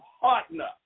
partner